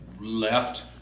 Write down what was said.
left